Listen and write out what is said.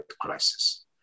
crisis